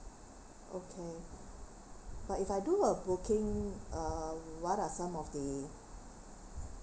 okay but if I do a booking uh what are some of the